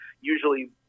usually